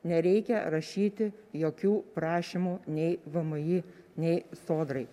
nereikia rašyti jokių prašymų nei vmi nei sodrai